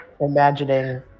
imagining